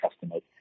customers